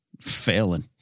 failing